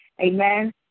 Amen